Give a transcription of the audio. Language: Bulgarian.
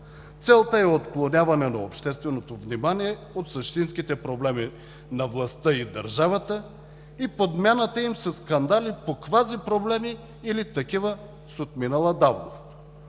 Целта е отклоняване на общественото внимание от същинските проблеми на властта и държавата и подмяната им със скандали по квази-проблеми или такива с отминала давност.